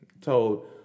told